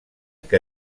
que